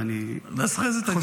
ואני --- אז אחרי זה תגיד לי.